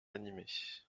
animés